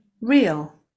real